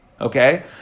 Okay